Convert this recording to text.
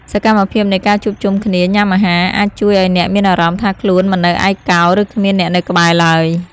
សកម្មភាពនៃការជួបជុំគ្នាញ៉ាំអាហារអាចជួយឱ្យអ្នកមានអារម្មណ៍ថាខ្លួនមិននៅឯកោឬគ្មានអ្នកនៅក្បែរឡើយ។